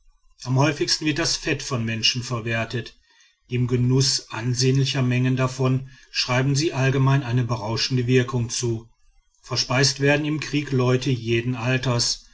am häufigsten wird das fett von menschen verwertet dem genuß ansehnlicher mengen davon schreiben sie allgemein eine berauschende wirkung zu verspeist werden im krieg leute jeden alters